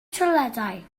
toiledau